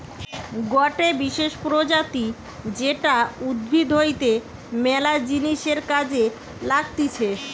গটে বিশেষ প্রজাতি যেটা উদ্ভিদ হইতে ম্যালা জিনিসের কাজে লাগতিছে